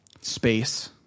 space